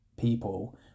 people